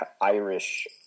Irish